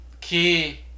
key